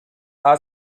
are